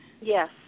Yes